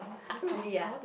!huh! really ah